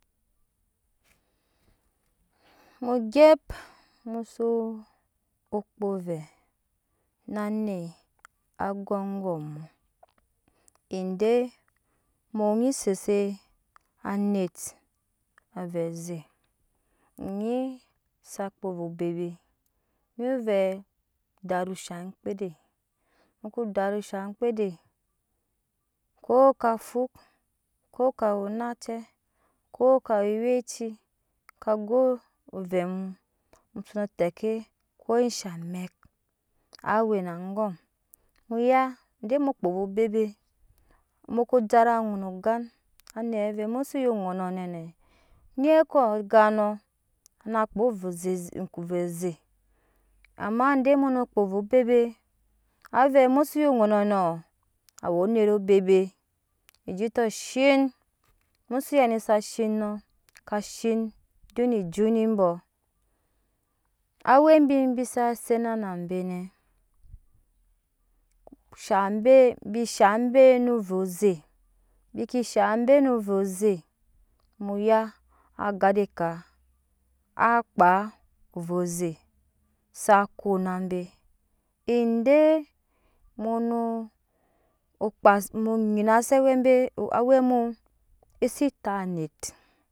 Mu gyɛp mu so kpo ovɛ na anet ago angom mu ede mu nyi sese anet avɛ ze onyi za kpoo avɛ bebe daru shaŋ omŋkpede mu ko daru shaŋ omŋkpede ko ka fuk ke ka woo onacɛ ko we ewɛci ka go ovɛ mu zono teke ko sha amɛk a we na angom muyu ko mu kpo ovɛ bebe mu ko jara ŋuno gan anet vɛ muso yo oŋono nɛnɛ nyɛkɔ gannɔ na kpaa zeze vɛ oze amma de muno kpo ovɛ bebet ovɛ muso yo ŋunɔ nɔ awe pnet bebet ejutɔ shin mu so yani sa shino ka shin do ne ejutɔ bɔ awɛ bi bisa zena na be nɛ oshaŋ be no owe ze muya a gan de kaa akpaa ovɛ ze za kona be ede muno kpee ze mu nyina wɛbe awɛ ma esi tap anet